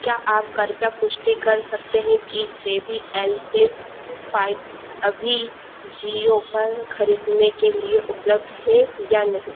क्या आप कृपया पुष्टि कर सकते हैं कि J B L flip five अभी अजियो पर खरीदने के लिए उपलब्ध है या नहीं